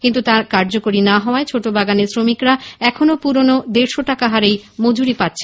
কিন্তু তা না কার্যকরী হওয়ায় ছোট বাগানের শ্রমিকরা এখনও পুরনো দেড়শো টাকা হারেই মজুরি পাচ্ছেন